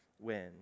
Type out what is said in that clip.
win